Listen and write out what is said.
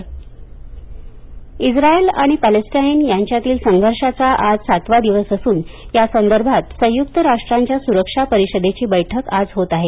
Israel Palestine Israel आणि Palestine यांच्यातील संघर्षाचा आज सातवा दिवस असून यासंदर्भात संयुक्त राष्ट्राच्या सुरक्षा परिषदेची बैठक आज होत आहे